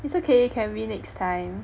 it's okay can win next time